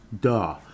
Duh